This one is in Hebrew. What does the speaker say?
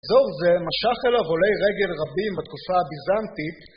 טוב, זה משך אליו עולי רגל רבים בתקופה הביזנטית